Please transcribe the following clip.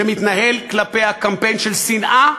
שמתנהל כלפיה קמפיין של שנאה,